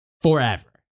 forever